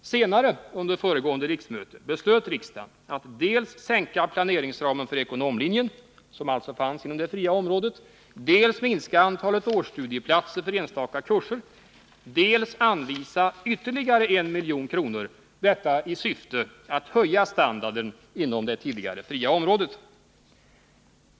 Senare under föregående riksmöte beslöt riksdagen att dels sänka planeringsramen för ekonomlinjen, som alltså fanns inom det fria området, dels minska antalet årsstudieplatser för enstaka kurser, dels anvisa ytterligare 1 milj.kr. — detta i syfte att höja standarden inom det tidigare fria området.